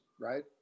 right